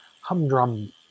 humdrum